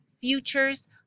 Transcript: futures